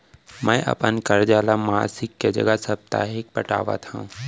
मै अपन कर्जा ला मासिक के जगह साप्ताहिक पटावत हव